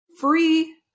free